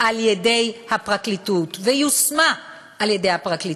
על-ידי הפרקליטות, ויושמה על-ידי הפרקליטות,